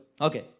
Okay